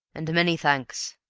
and many thanks.